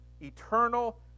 eternal